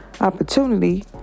opportunity